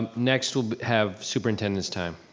um next, we'll have superintendents time.